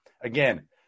Again